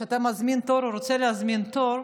כשאתה מזמין תור או רוצה להזמין תור,